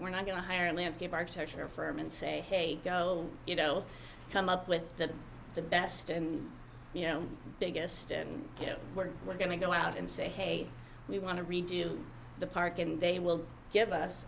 we're not going to hire a landscape architecture firm and say hey go you know come up with that the best you know biggest and we're going to go out and say hey we want to redo the park and they will give us